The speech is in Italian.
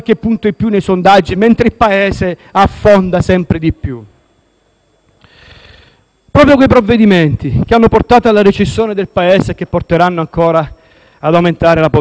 Proprio quei provvedimenti che hanno portato alla recessione del Paese e che porteranno ancora ad aumentare la povertà. Vi ricordo, a proposito di democrazia, che oggi voi siete ospiti,